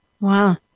Wow